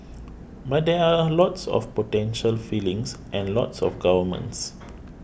but there are lots of potential feelings and lots of governments